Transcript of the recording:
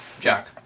Jack